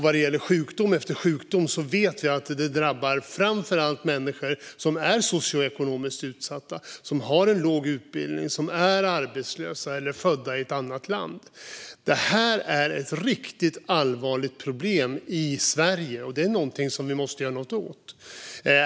Vad gäller sjukdom efter sjukdom vet vi att de framför allt drabbar dem som är socioekonomiskt utsatta, har en låg utbildning, är arbetslösa eller är födda i ett annat land. Det här är ett riktigt allvarligt problem i Sverige, och det måste vi göra något åt.